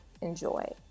enjoy